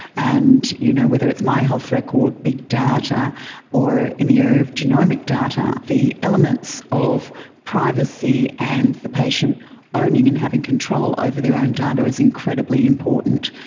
and you know whether it's my health record, big data or in the area of genomic data, the elements of privacy and the patient owning and having control over their own data is incredibly important.